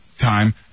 time